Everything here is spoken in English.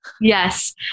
Yes